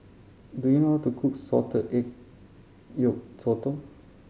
do you know how to cook salted egg yolk sotong